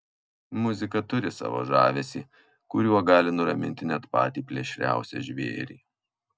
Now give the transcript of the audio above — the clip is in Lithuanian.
muzika turi savo žavesį kuriuo gali nuraminti net patį plėšriausią žvėrį